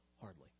Hardly